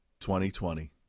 2020